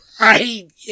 Right